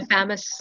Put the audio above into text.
Famous